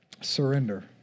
Surrender